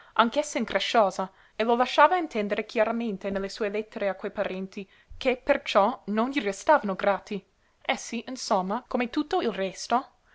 anch'essa incresciosa e lo lasciava intendere chiaramente nelle sue lettere a quei parenti che perciò non gli restavano grati essi insomma come tutto il resto